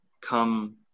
come